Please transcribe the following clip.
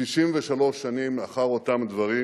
63 שנים לאחר אותם דברים